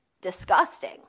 disgusting